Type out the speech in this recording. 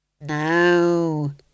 No